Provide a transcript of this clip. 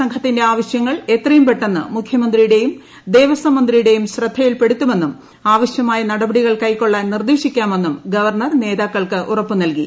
സംഘത്തിന്റെ ആവശ്യങ്ങൾ എത്രയുംപെട്ടെന്ന് മുഖ്യമന്ത്രിയുടെയും ദേവസ്വം മന്ത്രിയുടെയും ശ്രദ്ധയിൽപ്പെടുത്തുമെന്നും ആവശ്യമായ നടപടികൾ കൈക്കൊള്ളാൻ നിർദ്ദേശിക്കാമെന്നും ഗവർണർ നേതാക്കൾക്ക് ഉറപ്പു നൽകി